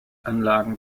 anlagen